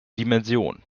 dimension